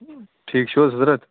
ٹھیٖک چھِو حٕظ حَضرت